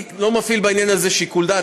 אני לא מפעיל בעניין הזה שיקול דעת,